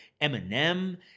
Eminem